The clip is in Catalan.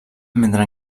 mentre